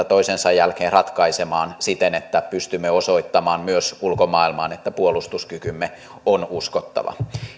toisensa jälkeen ratkaisemaan siten että pystymme osoittamaan myös ulkomaailmaan että puolustuskykymme on uskottava